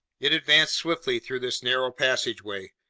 it advanced swiftly through this narrow passageway.